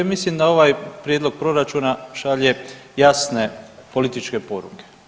Ja mislim da ovaj prijedlog proračuna šalje jasne političke poruke.